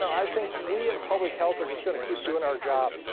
i think we in public health are just going to keep doing our job.